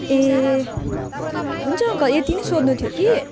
ए हुन्छ अङ्कल यति नै सोध्नु थियो कि